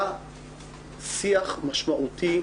היה שיח משמעותי